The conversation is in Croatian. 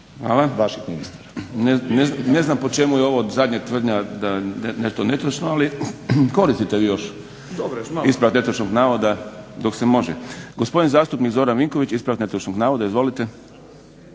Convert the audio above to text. Hvala. Ne znam po čemu je ovo zadnja tvrdnja da je to netočno ali koristite vi još ispravak netočnog navoda dok se može. Gospodin zastupnik Zoran Vinković ispravak netočnog navoda. Izvolite.